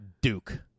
Duke